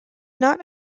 not